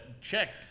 check